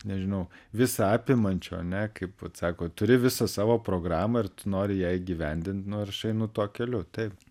nežinau visą apimančio ane kaip vat sako turi visą savo programą ir tu nori ją įgyvendint nu ir aš einu tuo keliu taip